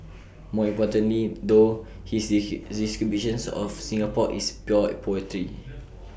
more importantly though his descriptions of Singapore is pure poetry